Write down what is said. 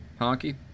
Honky